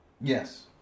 Yes